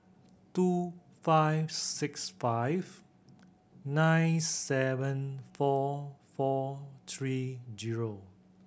two five six five nine seven four four three zero